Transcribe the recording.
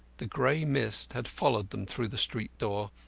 the grey mist had followed them through the street door,